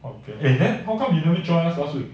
okay eh then how come you don't join us last week